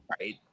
right